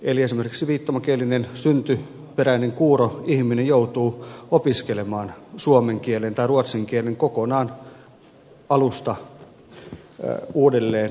eli esimerkiksi viittomakielinen syntyperäinen kuuro ihminen joutuu opiskelemaan suomen kielen tai ruotsin kielen kokonaan alusta uudelleen kuin vieraan kielen